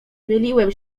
myliłem